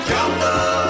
Jungle